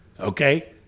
Okay